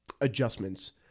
adjustments